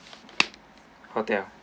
hotel